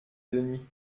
denis